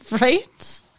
Right